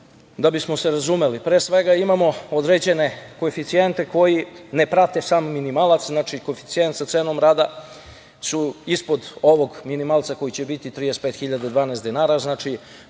da bismo se razumeli. Pre svega, imamo određene koeficijente koji ne prate samo minimalac. Znači, koeficijent sa cenom rada su ispod ovog minimalca koji će biti 35.012 dinara, biće